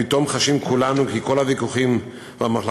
פתאום חשים כולנו כי כל הוויכוחים והמחלוקות